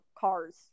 cars